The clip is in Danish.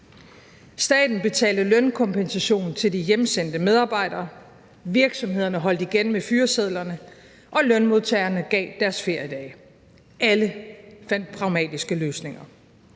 Staten betalte lønkompensation til de hjemsendte medarbejdere, virksomhederne holdt igen med fyresedlerne, og lønmodtagerne gav deres feriedage. Alle fandt pragmatiske løsninger.